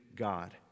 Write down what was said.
God